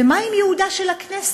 ומה עם ייעודה של הכנסת,